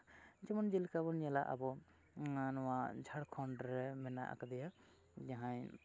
ᱡᱮᱢᱚᱱ ᱡᱮᱞᱮᱠᱟ ᱵᱚᱱ ᱧᱮᱞᱟ ᱟᱵᱚ ᱱᱚᱣᱟ ᱡᱷᱟᱲᱠᱷᱚᱸᱰ ᱨᱮ ᱢᱮᱱᱟᱜ ᱟᱠᱟᱫᱮᱭᱟ ᱡᱟᱦᱟᱸᱭ